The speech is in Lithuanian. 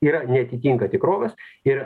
yra neatitinka tikrovės ir